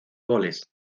goles